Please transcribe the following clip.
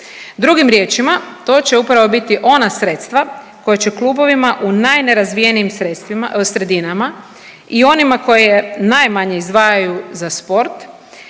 Drugim riječima, to će upravo biti ona sredstva koja će klubovima u najnerazvijenim sredinama i onima koje najmanje izdvajaju za sport